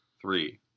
Three